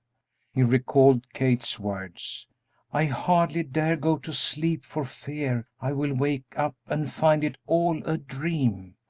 he recalled kate's words i hardly dare go to sleep for fear i will wake up and find it all a dream,